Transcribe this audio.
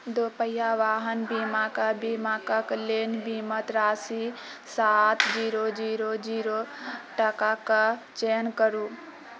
दुपहिया वाहन बीमा बीमाक लेल बीमित राशि सात जीरो जीरो जीरो टाकाके चयन करु